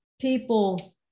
People